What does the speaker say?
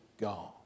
gone